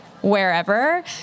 wherever